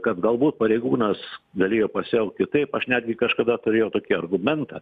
kad galbūt pareigūnas galėjo pasielgt kitaip aš netgi kažkada turėjau tokį argumentą